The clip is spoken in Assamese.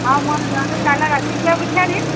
অঁ মই ল'ৰাটোক কাইলে ৰাতিপুৱাই পঠিয়াই দিম